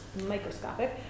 microscopic